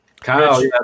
Kyle